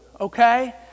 okay